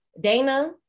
dana